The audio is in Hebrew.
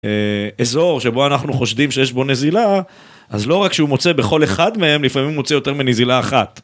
אזור שבו אנחנו חושדים שיש בו נזילה אז לא רק שהוא מוצא בכל אחד מהם לפעמים מוצא יותר מנזילה אחת.